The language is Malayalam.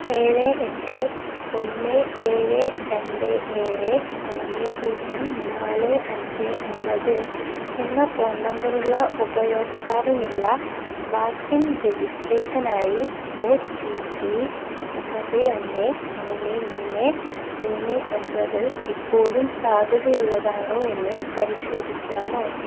ഏഴ് എട്ട് ഒന്ന് ഏഴ് രണ്ട് ഏഴ് മൂന്ന് പൂജ്യം നാല് അഞ്ച് ഒൻപത് എന്ന ഫോൺ നമ്പറുള്ള ഉപയോക്താവിനുള്ള വാക്സിൻ രെജിസ്ട്രേഷനായി ഒ ടി പി ഒൻപത് ഒന്ന് മൂന്ന് മൂന്ന് മൂന്ന് ഒൻപത് ഇപ്പോഴും സാധ്യതയുള്ളതാണോ എന്ന് പരിശോധിക്കാമോ